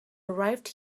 arrived